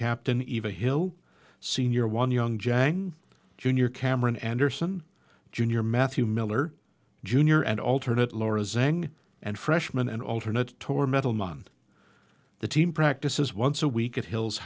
captain eva hill senior one young jang junior cameron anderson junior matthew miller junior and alternate laura zang and freshman and alternate tore metal month the team practices once a week at hill